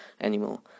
anymore